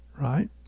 right